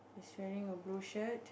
he's wearing a blue shirt